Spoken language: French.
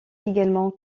également